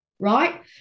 Right